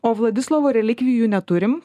o vladislovo relikvijų neturim